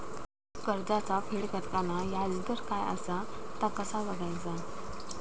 कर्जाचा फेड करताना याजदर काय असा ता कसा बगायचा?